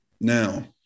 Now